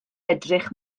edrych